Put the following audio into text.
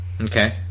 Okay